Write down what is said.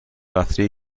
قطرهای